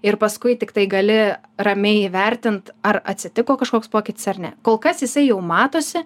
ir paskui tiktai gali ramiai įvertint ar atsitiko kažkoks pokytis ar ne kol kas jisai jau matosi